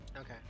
Okay